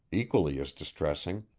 equally as distressing,